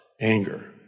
anger